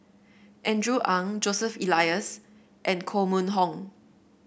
Andrew Ang Joseph Elias and Koh Mun Hong